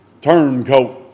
turncoat